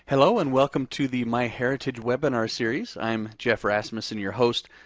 hello, and welcome to the myheritage webinar series. i'm geoff rasmussen, your host,